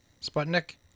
Sputnik